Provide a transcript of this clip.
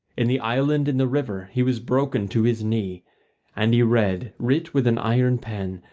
in the island in the river he was broken to his knee and he read, writ with an iron pen,